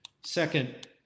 Second